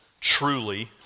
truly